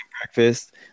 breakfast